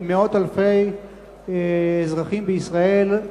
מאות אלפי אזרחים בישראל,